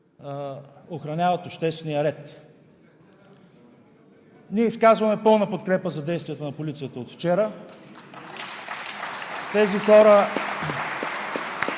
охраняват обществения ред. Ние изказваме пълна подкрепа за действията на полицията от вчера.